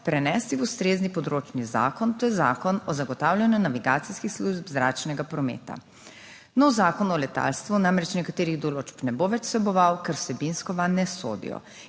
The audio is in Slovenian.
prenesti v ustrezni področni zakon, to je Zakon o zagotavljanju navigacijskih služb zračnega prometa. Novi zakon o letalstvu namreč nekaterih določb ne bo več vseboval, ker vsebinsko vanj ne sodijo.